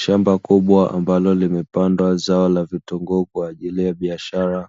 Shamba kubwa ambalo limepandwa zao ya vitunguu kwa ajili ya biashara,